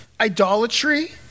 idolatry